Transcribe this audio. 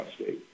State